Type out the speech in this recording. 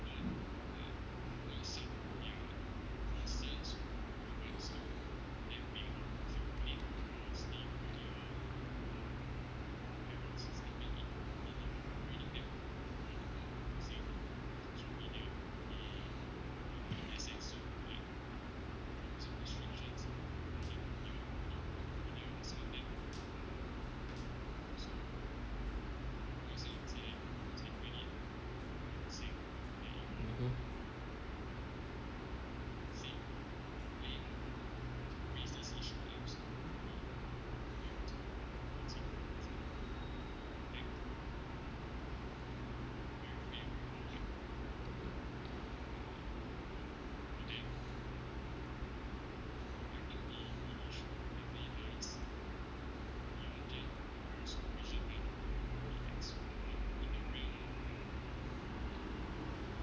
mmhmm